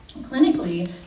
Clinically